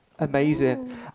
amazing